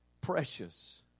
precious